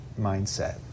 mindset